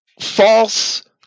false